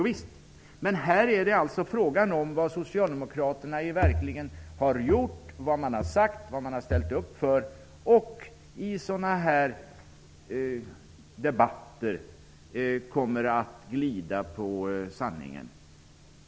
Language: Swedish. Visst har Socialdemokraterna gjort det, men nu är det fråga om vad de verkligen har gjort, vad de har sagt, vad de har ställt upp för och om de i sådana här debatter kommer att glida undan sanningen.